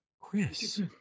Chris